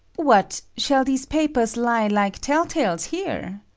what, shall these papers lie like tell-tales here?